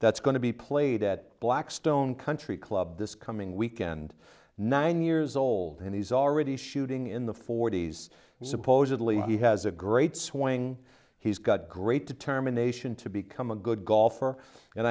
that's going to be played at blackstone country club this coming weekend nine years old and he's already shooting in the forty's and supposedly he has a great swing he's got great determination to become a good golfer and